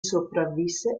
sopravvisse